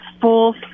full